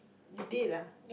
you did ah